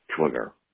Twitter